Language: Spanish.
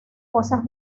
cosas